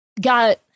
got